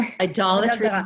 idolatry